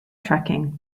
tracking